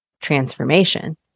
transformation